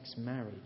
marriage